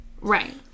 right